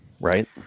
right